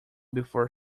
before